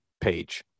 page